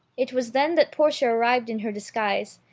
it was then that portia arrived in her disguise,